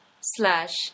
slash